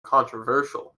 controversial